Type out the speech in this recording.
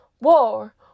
War